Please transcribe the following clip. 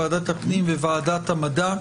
ועדת הפנים וועדת המדע,